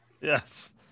Yes